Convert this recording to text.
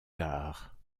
gare